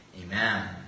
Amen